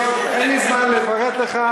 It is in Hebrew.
אין לי זמן לפרט לך,